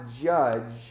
judge